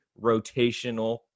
rotational